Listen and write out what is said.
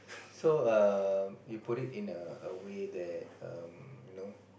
so err you put it in a way that um you know